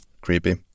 creepy